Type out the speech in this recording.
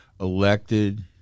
elected